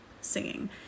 singing